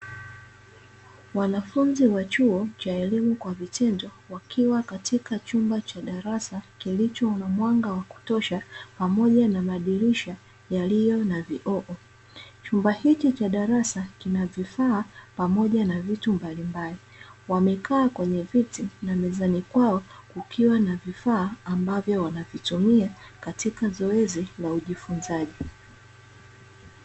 Wanafunzi wa chuo cha elimu kwa vitendo wakiwa katika chumba cha darasa kilicho na mwanga wa kutosha pamoja na madirisha yaliyo na vioo. Chumba hiki cha darasa kina vifaa pamoja na vitu mbalimbali, wamekaa kwenye viti na mezani kwao kukiwa na vifaa ambavyo wanavitumia katika zoezi la ujifunzaji.